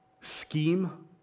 scheme